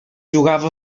jugava